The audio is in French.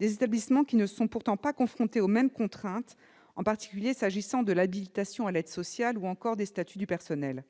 des établissements qui ne sont pourtant pas confrontés aux mêmes contraintes, en particulier pour ce qui concerne l'habilitation à l'aide sociale ou encore les statuts du personnel.